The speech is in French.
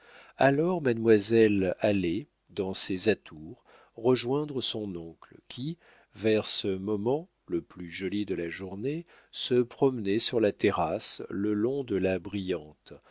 alors mademoiselle allait dans ses atours rejoindre son oncle qui vers ce moment le plus joli de la journée se promenait sur la terrasse le long de la brillante